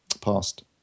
past